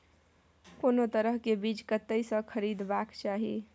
कोनो तरह के बीज कतय स खरीदबाक चाही?